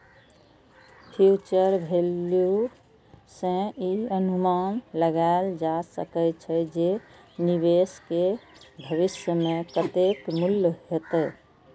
future value सं ई अनुमान लगाएल जा सकै छै, जे निवेश के भविष्य मे कतेक मूल्य हेतै